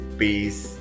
peace